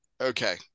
Okay